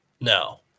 No